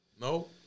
No